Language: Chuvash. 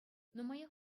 нумаях